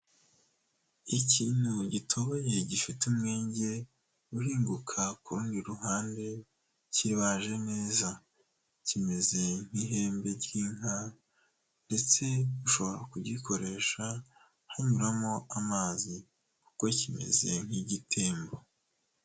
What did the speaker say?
Ikintu gitoboye gifite umwenge uhinguka kuru rundi ruhande, kibaje neza, kimeze nk'ihembe ry'inka ndetse ushobora kugikoresha hanyuramo amazi kuko kimeze nk'igitembo.